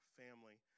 family